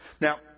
Now